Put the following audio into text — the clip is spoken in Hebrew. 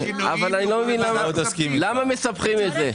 למה מסבכים את זה?